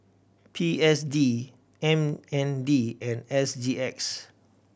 P S D M N D and S G X